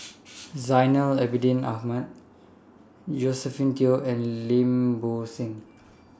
Zainal Abidin Ahmad Josephine Teo and Lim Bo Seng